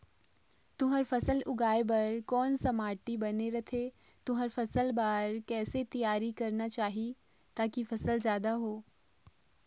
तुंहर फसल उगाए बार कोन सा माटी बने रथे तुंहर फसल बार कैसे तियारी करना चाही ताकि फसल जादा हो?